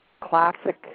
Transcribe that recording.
classic